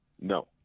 No